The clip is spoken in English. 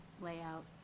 layout